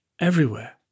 everywhere